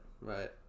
Right